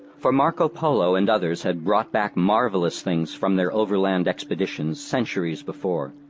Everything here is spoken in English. for marco polo and others had brought back marvelous things from their overland expeditions centuries before.